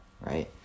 right